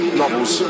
novels